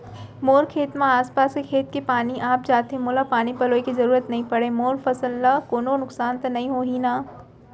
मोर खेत म आसपास के खेत के पानी आप जाथे, मोला पानी पलोय के जरूरत नई परे, मोर फसल ल कोनो नुकसान त नई होही न?